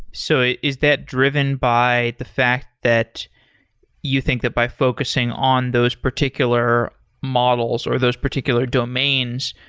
so is that driven by the fact that you think that by focusing on those particular models or those particular domains,